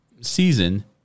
season